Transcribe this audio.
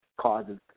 causes